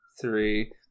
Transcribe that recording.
three